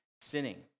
sinning